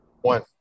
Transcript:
One